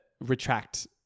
retract